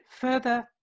further